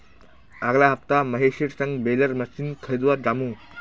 अगला हफ्ता महेशेर संग बेलर मशीन खरीदवा जामु